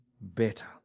better